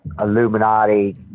Illuminati